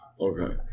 Okay